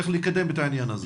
איך לקדם את העניין הזה?